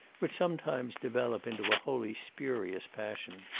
which sometimes develop into a wholly spurious passion.